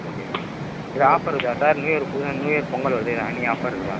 okay எதுவும் offer இருக்கா sir new year new year Pongal வருது எனி ஆஃபர் இருக்குதா